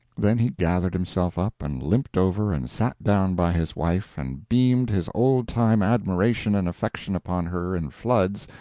then he gathered himself up and limped over and sat down by his wife and beamed his old-time admiration and affection upon her in floods,